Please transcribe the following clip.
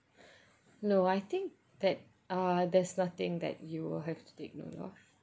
no I think that uh there's nothing that you will have to take note of